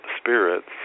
spirits